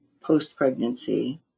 post-pregnancy